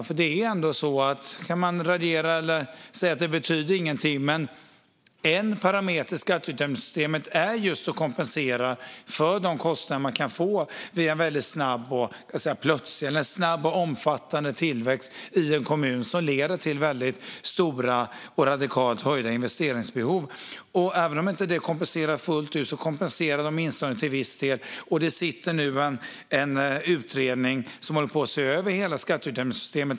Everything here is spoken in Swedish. Man kan raljera och säga att den inte betyder någonting, men en parameter i skatteutjämningssystemet är just att kompensera för de kostnader en kommun kan få vid en väldigt snabb och omfattande tillväxt som leder till stora och radikalt höjda investeringsbehov i kommunen. Även om inte detta kompenserar fullt ut kompenserar det åtminstone till viss del, och det sitter nu en utredning som håller på att se över hela skatteutjämningssystemet.